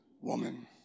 woman